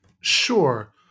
Sure